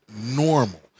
normal